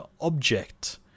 object